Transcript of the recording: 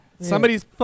Somebody's